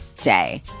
day